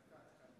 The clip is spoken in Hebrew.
דקה.